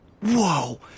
Whoa